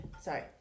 Sorry